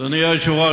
אדוני היושב-ראש,